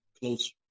close